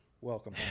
welcome